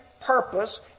purpose